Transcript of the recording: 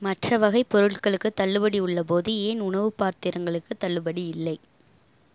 மற்ற வகைப் பொருட்களுக்குத் தள்ளுபடி உள்ளபோது ஏன் உணவுப் பாத்திரங்களுக்குத் தள்ளுபடி இல்லை